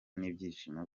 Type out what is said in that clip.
n’ibyishimo